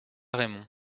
raymond